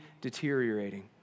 deteriorating